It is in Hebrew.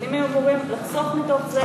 הגנים היו אמורים לחסוך מתוך זה,